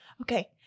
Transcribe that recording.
Okay